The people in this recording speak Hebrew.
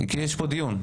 כי יש פה דיון.